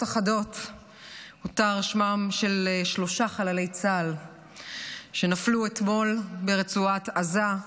אחדות הותר שמם של שלושה חיילי צה"ל שנפלו אתמול ברצועת עזה.